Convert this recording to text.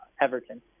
Everton